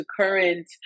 current